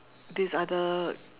this other